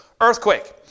earthquake